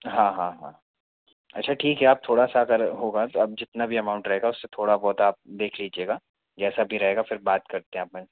हाँ हाँ हाँ अच्छा ठीक है आप थोड़ा सा अगर होगा तो आप जितना भी अमाउंट रहेगा उससे थोड़ा बहुत आप देख लीजिएगा जैसा भी रहेगा फिर बात करते हैं अपन